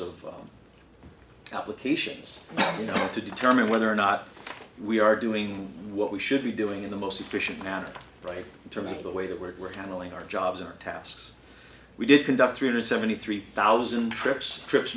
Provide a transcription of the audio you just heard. of applications you know to determine whether or not we are doing what we should be doing in the most efficient manner right in terms of the way the work we're handling our jobs our tasks we did conduct three hundred seventy three thousand trips trips